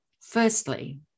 firstly